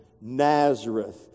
Nazareth